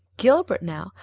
gilbert, now,